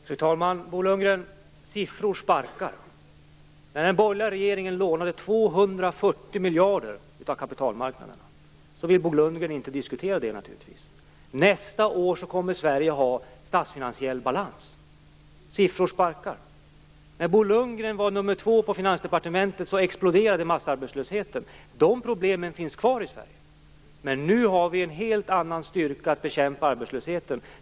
Fru talman! Siffror sparkar, Bo Lundgren. Den borgerliga regeringen lånade 240 miljarder av kapitalmarknaderna, men det vill naturligtvis inte Bo Lundgren diskutera. Nästa år kommer Sverige att ha statsfinansiell balans. Siffror sparkar. När Bo Lundgren var nummer två på Finansdepartementet exploderade massarbetslösheten. De problemen finns kvar i Sverige, men nu när vi har fått statsfinansiell balans igen har vi en helt annan styrka att bekämpa arbetslösheten.